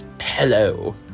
Hello